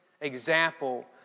example